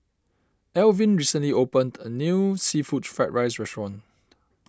Alvin recently opened a new Seafood Fried Rice restaurant